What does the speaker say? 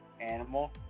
animal